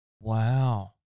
Wow